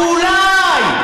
נתניהו אולי יתחיל את,